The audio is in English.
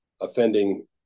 offending